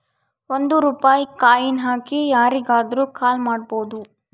ಒಂದ್ ರೂಪಾಯಿ ಕಾಯಿನ್ ಹಾಕಿ ಯಾರಿಗಾದ್ರೂ ಕಾಲ್ ಮಾಡ್ಬೋದು